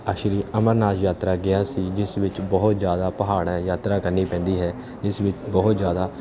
ਆ ਸ਼੍ਰੀ ਅਮਰਨਾਥ ਯਾਤਰਾ ਗਿਆ ਸੀ ਜਿਸ ਵਿੱਚ ਬਹੁਤ ਜ਼ਿਆਦਾ ਪਹਾੜ ਹੈ ਯਾਤਰਾ ਕਰਨੀ ਪੈਂਦੀ ਹੈ ਜਿਸ ਵਿੱਚ ਬਹੁਤ ਜ਼ਿਆਦਾ